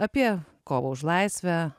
apie kovą už laisvę